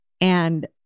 And-